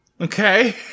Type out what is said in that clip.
Okay